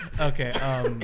Okay